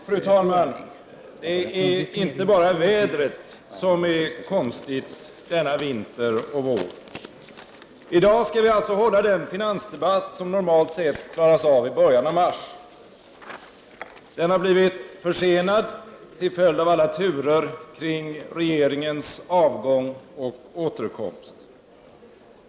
Fru talman! Det är inte bara vädret som är konstigt denna vinter och vår. I dag skall vi alltså hålla den finansdebatt som normalt sett klaras av i början av mars. Den har blivit försenad till följd av alla turer kring regeringens avgång och återkomst.